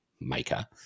maker